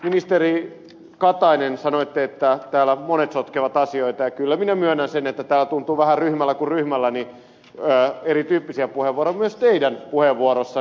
ministeri katainen sanoitte että täällä monet sotkevat asioita ja kyllä minä myönnän sen että täällä tuntuu vähän ryhmällä kuin ryhmällä erityyppisiä puheenvuoroja olevan myös teidän puheenvuoroissanne